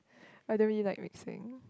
rather me like mixing